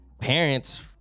parents